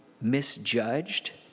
misjudged